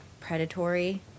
predatory